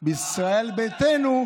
בישראל ביתנו,